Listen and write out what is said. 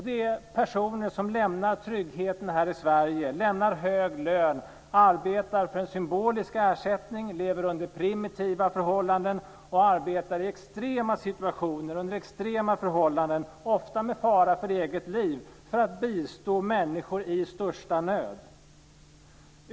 Det är personer som lämnar tryggheten här i Sverige, lämnar hög lön, arbetar för en symbolisk ersättning, lever under primitiva förhållanden, arbetar i extrema situationer under extrema förhållanden, ofta med fara för eget liv, för att bistå människor i största nöd.